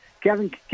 Kevin